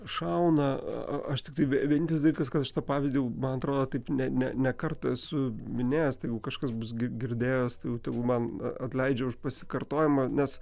šauna aš tiktai vienintelis dalykas kad aš tą pavyzdį man atrodo taip ne ne ne kartą esu minėjęs tai jeigu kažkas bus gi girdėjęs tai jau tegu man atleidžia už pasikartojimą nes